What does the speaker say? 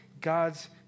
God's